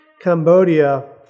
Cambodia